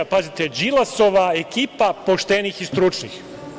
Pazite, Đilasova ekipa poštenih i stručnih.